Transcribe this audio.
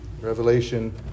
Revelation